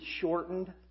shortened